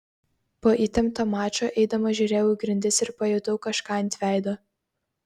po įtempto mačo eidamas žiūrėjau į grindis ir pajutau kažką ant veido